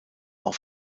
auf